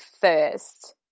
first